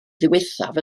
ddiwethaf